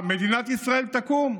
מדינת ישראל תקום,